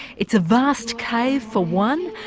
it's a vast cave for one,